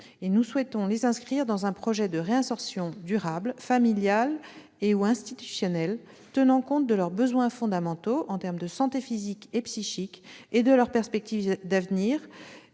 Nous souhaitons les inscrire dans un projet de réinsertion durable, familial et/ou institutionnel, tenant compte de leurs besoins fondamentaux en termes de santé physique et psychique et de leurs perspectives d'avenir,